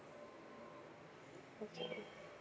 okay